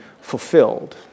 fulfilled